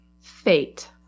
Fate